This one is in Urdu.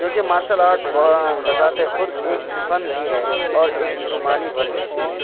کیونکہ مارشل آرٹ بذات خود ایک فن بھی ہے اور ایک جسمانی ورزش بھی ہے